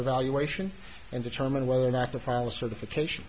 evaluation and determine whether or not the final certification